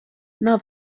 nav